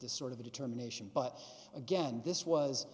this sort of a determination but again this was